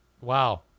Wow